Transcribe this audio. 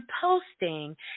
posting